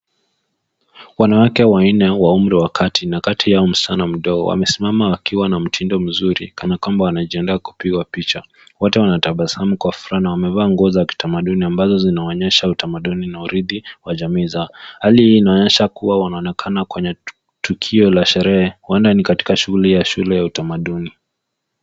Wanawake wanne wa umri wa kati na kati yao msichana mdogo wamesimama wakiwa na mtindo mzuri kana kwamba wanajiandaa kupigwa picha. Wote wanatabasamu kwa furaha na wamevaa nguo za kitamaduni ambazo zinaonyesha utamaduni na uridhi wa jamii zao. Hali hii inaonyesha kuwa wanaonekana kwenye tukio la sherehe huenda ni katika shughuli ya shule ya utamaduni.